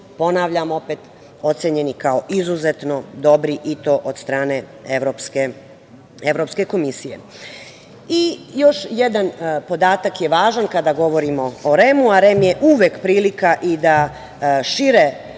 ponavljam opet, ocenjeni kao izuzetno dobri i to od strane Evropske komisije. Još jedan podatak je važan kada govorimo REM-u, a REM je uvek prilika i da šire